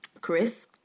Chris